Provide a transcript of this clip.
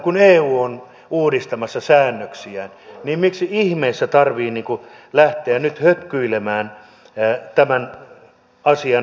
kun eu on uudistamassa säännöksiään niin miksi ihmeessä tarvitsee lähteä nyt hötkyilemään tämän asian osalta